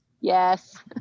Yes